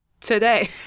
today